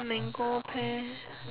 mango pear